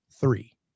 three